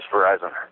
Verizon